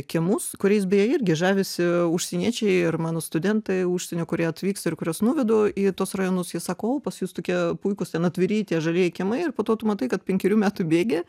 kiemus kuriais beje irgi žavisi užsieniečiai ir mano studentai užsienio kurie atvyksta ir kuriuos nuvedu į tuos rajonus jie sako o pas jus tokie puikūs ten atviri tie žalieji kiemai ir po to tu matai kad penkerių metų bėgyje